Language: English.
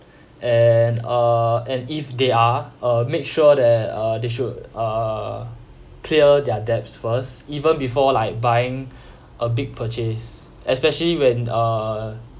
and uh and if they are uh make sure that uh they should uh clear their debts first even before like buying a big purchase especially when uh